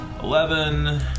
Eleven